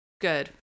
good